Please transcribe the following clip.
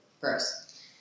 Gross